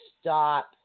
stop